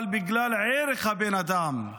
אבל בגלל ערך הבן אדם,